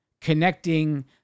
connecting